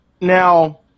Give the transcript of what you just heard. Now